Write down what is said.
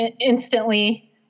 instantly